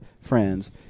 friends